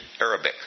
Arabic